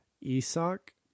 Isak